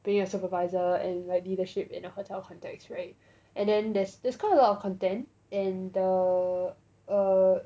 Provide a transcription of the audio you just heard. being a supervisor and like leadership in a hotel context [right] and then there's there's quite a lot of content and the err